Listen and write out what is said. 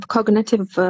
Cognitive